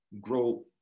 grow